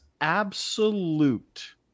absolute